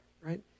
right